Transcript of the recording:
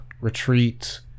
retreat